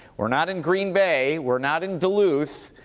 we're not in green bay, we're not in duluth.